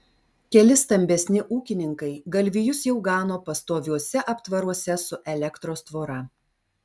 keli stambesni ūkininkai galvijus jau gano pastoviuose aptvaruose su elektros tvora